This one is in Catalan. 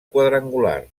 quadrangular